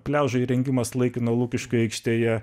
pliažo įrengimas laikino lukiškių aikštėje